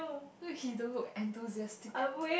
okay you don't look enthusiastic